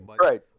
Right